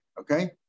Okay